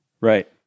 Right